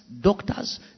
doctors